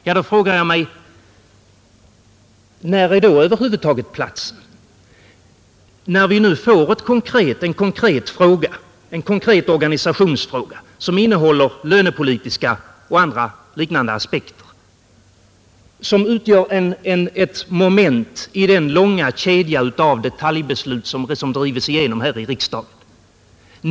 När är det då över huvud taget rätta platsen härför? Vi har här en konkret organisationsfråga med lönepolitiska och andra liknande aspekter och som utgör ett moment i den långa kedja av detaljbeslut som drivs igenom här i riksdagen.